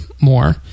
more